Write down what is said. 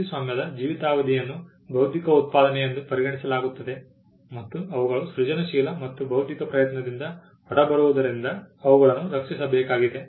ಕೃತಿಸ್ವಾಮ್ಯದ ಜೀವಿತಾವಧಿಯನ್ನು ಬೌದ್ಧಿಕ ಉತ್ಪಾದನೆ ಎಂದು ಪರಿಗಣಿಸಲಾಗುತ್ತದೆ ಮತ್ತು ಅವುಗಳು ಸೃಜನಶೀಲ ಅಥವಾ ಬೌದ್ಧಿಕ ಪ್ರಯತ್ನದಿಂದ ಹೊರಬರುವುದರಿಂದ ಅವುಗಳನ್ನು ರಕ್ಷಿಸಬೇಕಾಗಿದೆ